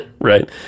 Right